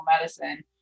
Medicine